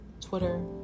Twitter